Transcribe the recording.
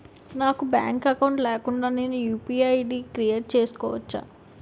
నాకు bank account లేకుండా నేను యు.పి.ఐ ఐ.డి క్రియేట్ చేసుకోవచ్చా?